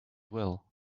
will